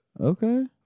Okay